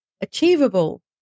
achievable